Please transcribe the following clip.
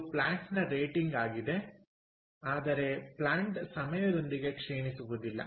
ಇದು ಪ್ಲಾಂಟ್ನ ರೇಟಿಂಗ್ ಆಗಿದೆ ಆದರೆ ಪ್ಲಾಂಟ್ ಸಮಯದೊಂದಿಗೆ ಕ್ಷೀಣಿಸುವುದಿಲ್ಲ